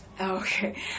okay